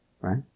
right